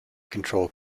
control